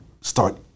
start